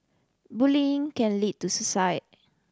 bullying can lead to suicide